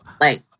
Like-